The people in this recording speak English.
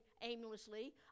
aimlessly